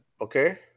Okay